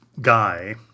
guy